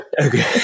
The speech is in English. Okay